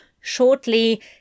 Shortly